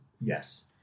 Yes